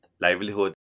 livelihood